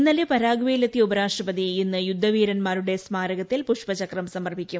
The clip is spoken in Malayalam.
ഇന്നലെ പരാഗ്വേയിലെത്തിയ ഉപരാഷ്ട്രപതി ഇന്ന് യുദ്ധവീരന്മാരുടെ സ്മാരകത്തിൽ പുഷ്പചക്രം സമർപ്പിക്കും